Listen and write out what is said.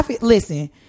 Listen